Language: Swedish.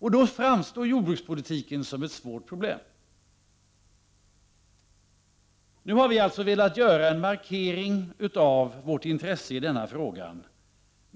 Då framstår jordbrukspolitiken som ett svårt problem. Nu har vi alltså velat göra en markering av vårt intresse i frågan.